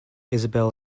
isabel